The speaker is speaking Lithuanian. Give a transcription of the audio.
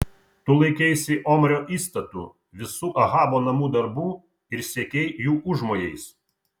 tu laikeisi omrio įstatų visų ahabo namų darbų ir sekei jų užmojais